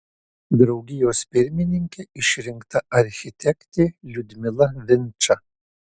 draugijos pirmininke išrinkta architektė liudmila vinča